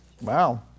Wow